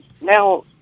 now